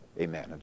Amen